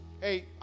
Hey